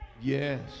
Yes